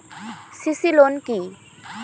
CC loan কি?